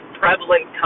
prevalent